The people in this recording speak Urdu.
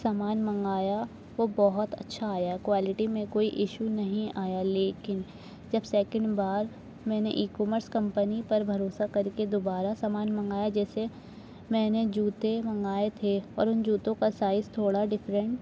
سامان منگایا وہ بہت اچھا آیا کوالٹی میں کوئی ایشو نہیں آیا لیکن جب سیکنڈ بار میں نے ایکومرس کمپنی پر بھروسہ کر کے دوبارہ سامان منگایا جیسے میں نے جوتے منگائے تھے اور ان جوتوں کا سائز تھوڑا ڈفرینٹ